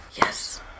Yes